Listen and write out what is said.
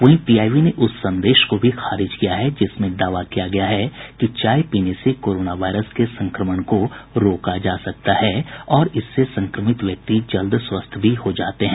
वहीं पीआईबी ने उस संदेश को भी खारिज किया है जिसमें दावा किया गया है कि चाय पीने से कोरोना वायरस के संक्रमण को रोका जा सकता है और इससे संक्रमित व्यक्ति जल्द स्वस्थ भी हो जाते हैं